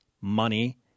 money